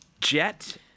Jet